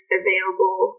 available